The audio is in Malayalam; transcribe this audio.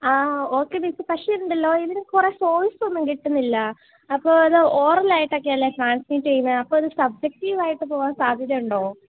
ആ ഓക്കെ മിസ്സ് പക്ഷെ ഇതുണ്ടല്ലോ ഇതിന് കുറേ സോഴ്സ് ഒന്നും കിട്ടുന്നില്ല അപ്പോൾ അത് ഓറെല്ലായിട്ടക്കെ അല്ലേ ട്രാന്സ്മിറ്റ് ചെയ്യുന്നത് അപ്പം അത് സബ്ജക്റ്റീവായിട്ട് പോവാന് സാധ്യത ഉണ്ടോ